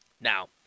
Now